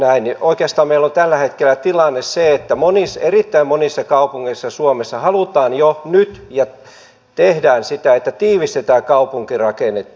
oikeastaan meillä on tällä hetkellä tilanne se että erittäin monissa kaupungeissa suomessa halutaan ja tehdään jo nyt sitä että tiivistetään kaupunkirakennetta